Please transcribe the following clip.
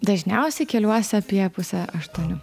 dažniausiai keliuosi apie pusę aštuonių